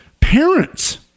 parents